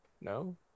no